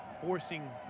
forcing